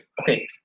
okay